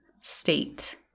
state